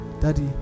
Daddy